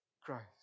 Christ